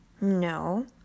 No